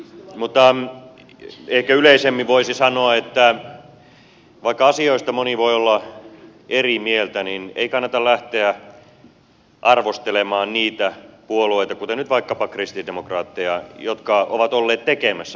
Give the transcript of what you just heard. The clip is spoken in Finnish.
mutta ehkä yleisemmin voisi sanoa että vaikka asioista moni voi olla eri mieltä niin ei kannata lähteä arvostelemaan niitä puolueita kuten nyt vaikkapa kristillisdemokraatteja jotka ovat olleet tekemässä vaikeita päätöksiä